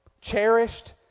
cherished